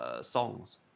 songs